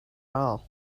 all